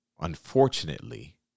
unfortunately